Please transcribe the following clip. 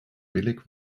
billig